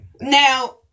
now